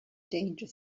danger